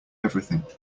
everything